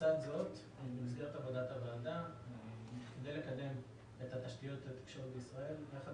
במסגרת עבודת הוועדה לקדם את תשתיות התקשורת בישראל כאשר